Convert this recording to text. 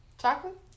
chocolate